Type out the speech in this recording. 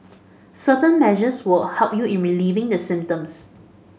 certain measures will help you in relieving the symptoms